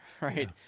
right